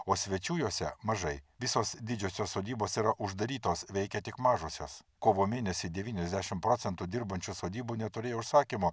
o svečių juose mažai visos didžiosios sodybos yra uždarytos veikia tik mažosios kovo mėnesį devyniasdešim procentų dirbančių sodybų neturėjo užsakymų